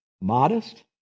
modest